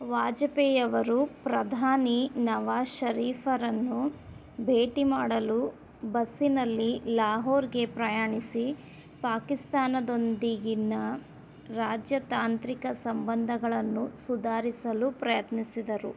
ವಾಜಪೇಯಿಯವರು ಪ್ರಧಾನಿ ನವಾಜ್ ಶರೀಫರನ್ನು ಭೇಟಿ ಮಾಡಲು ಬಸ್ಸಿನಲ್ಲಿ ಲಾಹೋರ್ಗೆ ಪ್ರಯಾಣಿಸಿ ಪಾಕಿಸ್ತಾನದೊಂದಿಗಿನ ರಾಜತಾಂತ್ರಿಕ ಸಂಬಂಧಗಳನ್ನು ಸುಧಾರಿಸಲು ಪ್ರಯತ್ನಿಸಿದರು